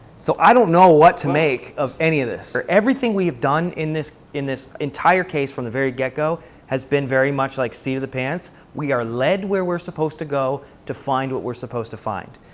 so i don't know what to make of any of this. everything that we have done in this in this entire case from the very get-go has been very much like seat of the pants. we are led where we're supposed to go to find what we're supposed to find.